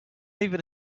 even